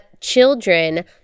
Children